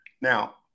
Now